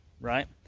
right